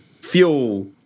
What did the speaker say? fuel